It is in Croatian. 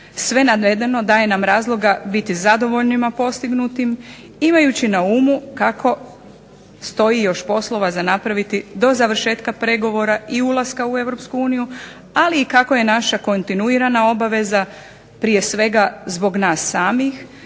Sve navedeno daje nam razloga biti zadovoljnima postignutim imajući na umu kako stoji još poslova za napraviti do završetka pregovora i ulaska u Europsku uniju ali i kako je naša kontinuirana obaveza prije svega zbog nas samih